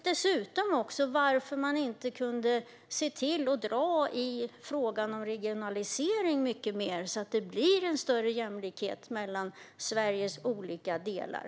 Dessutom undrar jag varför man inte kunde driva frågan om regionalisering mycket mer, så att det blir en större jämlikhet mellan Sveriges olika delar.